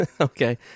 Okay